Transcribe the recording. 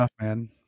man